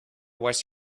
was